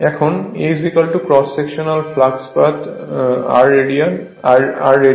এখন a cross sectional flux path r রেডিয়াসে